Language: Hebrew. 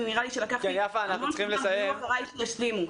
נראה לי שלקחתי המון זמן והדוברים אחריי ישלימו.